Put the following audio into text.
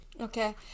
Okay